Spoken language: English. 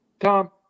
Tom